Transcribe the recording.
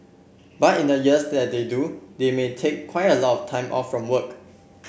but in the years that they do they may take quite a lot of time off from work